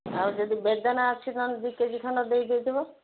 ଆଉ ଯଦି ବେଦନା ଅଛି କ'ଣ ଦୁଇ କେଜି ଖଣ୍ଡେ ଦେଇ ଦେଇଥିବ